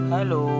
Hello